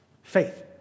Faith